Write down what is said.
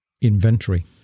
inventory